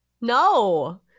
no